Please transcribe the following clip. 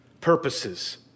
purposes